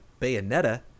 Bayonetta